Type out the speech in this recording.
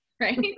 Right